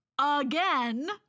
again